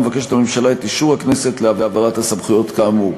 מבקשת הממשלה את אישור הכנסת להעברת הסמכויות כאמור.